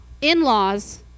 in-laws